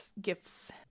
gifts